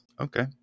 Okay